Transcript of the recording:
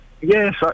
Yes